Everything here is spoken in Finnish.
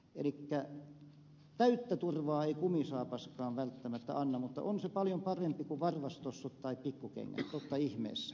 elikkä täyttä turvaa ei kumisaapaskaan välttämättä anna mutta on se paljon parempi kuin varvastossut tai pikkukengät totta ihmeessä